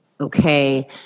okay